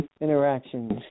interactions